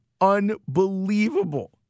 unbelievable